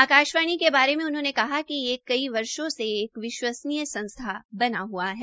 आकाशवाणी के बारे में उन्होंनेकहा कि यह कई वर्षो से एक विश्वसनीय संस्था बना हआ है